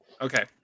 Okay